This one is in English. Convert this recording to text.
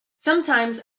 sometimes